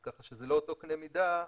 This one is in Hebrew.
כך שזה לא אותו קנה מידה,